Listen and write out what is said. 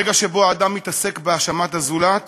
ברגע שבו אדם מתעסק בהאשמת הזולת,